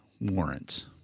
warrants